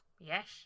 yes